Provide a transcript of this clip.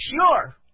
sure